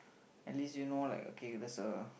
at least you know like okay there's a